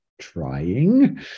trying